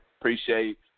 Appreciate